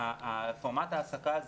פורמט ההעסקה הזה,